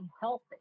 healthy